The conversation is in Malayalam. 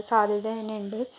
സാധ്യത തന്നെയുണ്ട്